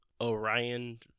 Orion